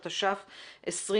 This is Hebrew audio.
התש"ף-2020.